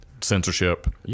censorship